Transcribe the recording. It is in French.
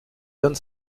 donne